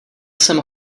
jsem